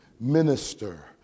minister